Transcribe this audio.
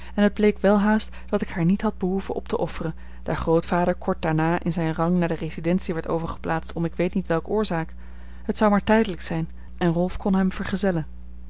en het bleek welhaast dat ik haar niet had behoeven op te offeren daar grootvader kort daarna in zijn rang naar de residentie werd overgeplaatst om ik weet niet welke oorzaak het zou maar tijdelijk zijn en rolf kon hem vergezellen